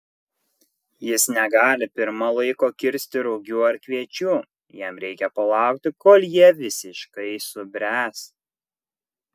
jis negali pirma laiko kirsti rugių ar kviečių jam reikia palaukti kol jie visiškai subręs